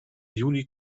juni